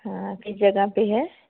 हाँ किस जगह पर है